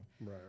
right